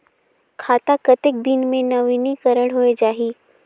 खाता कतेक दिन मे नवीनीकरण होए जाहि??